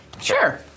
Sure